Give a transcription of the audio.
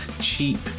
cheap